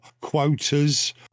quotas